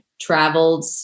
traveled